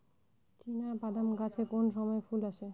চিনাবাদাম গাছে কোন সময়ে ফুল আসে?